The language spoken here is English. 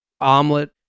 omelet